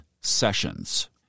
sessions